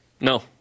No